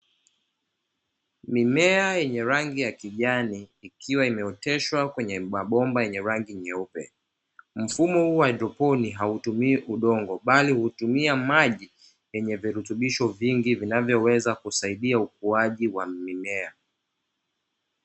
Mimea yenye rangi ya kijani ikiwa imeoteshwa kwenye mabomba yenye rangi nyeupe, mfumo wa haidroponi hautumii udongo bali hutumia maji yenye virutubisho vingi vinavyoweza kusaidia ukuaji wa mimea.